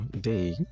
day